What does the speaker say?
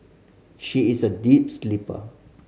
she is a deep sleeper